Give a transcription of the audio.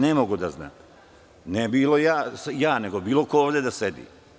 Ne mogu da znam, ne ja, nego bilo ko ovde da sedi.